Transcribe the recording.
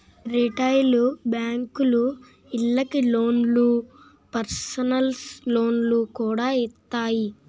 retail బేంకులు ఇళ్ళకి లోన్లు, పర్సనల్ లోన్లు కూడా ఇత్తాయి